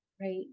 right